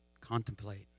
contemplate